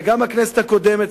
וגם הכנסת הקודמת,